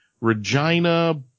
Regina